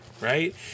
right